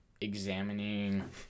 examining